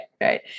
Right